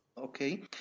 Okay